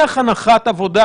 אף כלי פה לא עובד לבד.